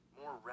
more